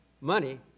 money